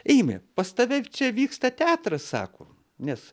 eimi pas tave čia vyksta teatras sako nes